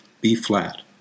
B-flat